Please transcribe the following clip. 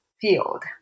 field